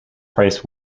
priced